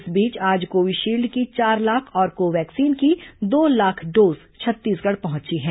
इस बीच आज कोविशील्ड की चार लाख और को वैक्सीन की दो लाख डोज छत्तीसगढ़ पहुंची है